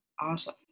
Awesome